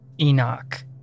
Enoch